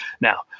now